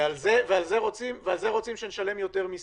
ועל זה רוצים שנשלם יותר מסים?